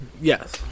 Yes